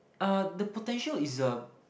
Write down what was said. uh the potential is a